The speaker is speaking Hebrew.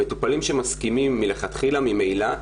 המטופלים שמסכימים מלכתחילה ממילא,